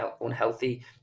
unhealthy